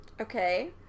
Okay